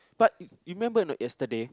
but you you remember not yesterday